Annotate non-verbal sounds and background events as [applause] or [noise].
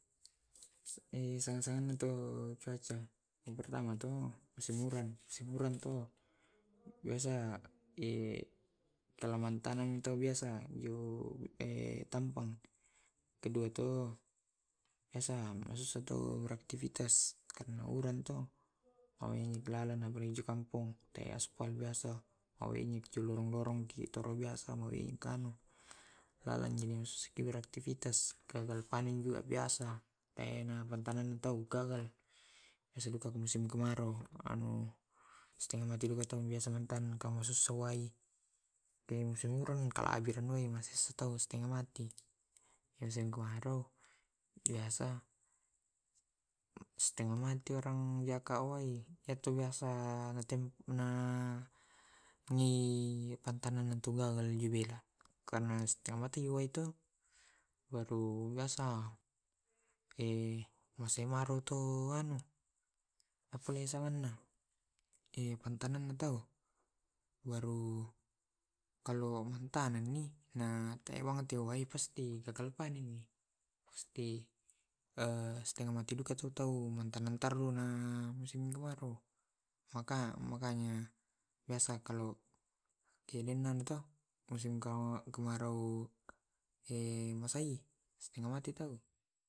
Iya te musin uran ke musim kemarau iya to musim uran mulai dari bulan 2 sampai bulan pitu ma sesesa wale ke wale ma jama hiburan ke uran ki bisa duka gagal panen tau gara2 uran taru na lambi banjir ke parena di gagal panen bisa duka banjir jong kampung ke waktu uran musim kemarau bula pitu sampe bulan karua [unintelligible]